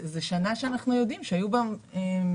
זו שנה שאנחנו יודעים שהיו בה אתגרים